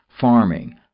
farming